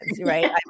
Right